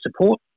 support